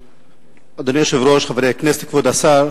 אדוני היושב-ראש, חברי הכנסת, כבוד השר,